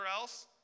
else